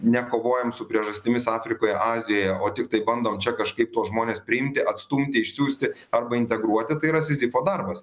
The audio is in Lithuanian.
nekovojam su priežastimis afrikoje azijoje o tiktai bandom čia kažkaip tuos žmones priimti atstumti išsiųsti arba integruoti tai yra sizifo darbas